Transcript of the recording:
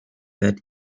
that